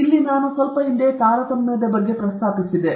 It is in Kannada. ಆದ್ದರಿಂದ ಸ್ವಲ್ಪ ಹಿಂದೆಯೇ ನಾನು ತಾರತಮ್ಯದ ಬಗ್ಗೆ ಪ್ರಸ್ತಾಪಿಸಿದೆ